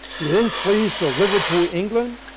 he then flees to liverpool, england,